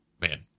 Man